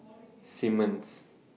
Simmons